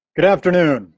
good afternoon.